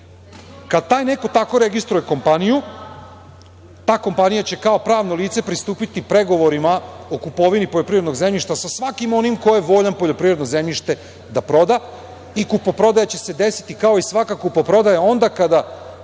Kad taj neko tako registruje kompaniju, ta kompanija će kao pravno lice pristupiti pregovorima o kupovini poljoprivrednog zemljišta sa svakim onim ko je voljan poljoprivredno zemljište da proda i kupoprodaja će se desiti kao i svaka kupoprodaja, onda kada